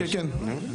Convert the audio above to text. כן, כן.